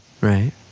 right